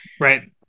Right